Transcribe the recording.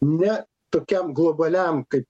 ne tokiam globaliam kaip